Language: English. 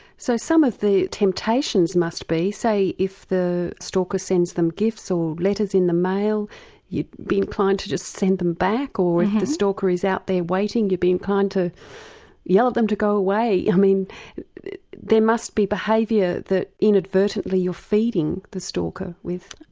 so some of the temptations must be, say, if the stalker sends them gifts or letters in the mail you'd be inclined to just send them back. or if the stalker is out there waiting, you'd be inclined to yell at them to go away. i mean there must be behaviour that inadvertently you're feeding the stalker with.